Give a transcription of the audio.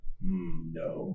No